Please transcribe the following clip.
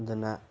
ꯑꯗꯨꯅ